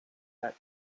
that